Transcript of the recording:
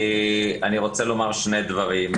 אני רוצה לומר שני דברים.